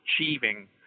achieving